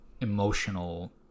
emotional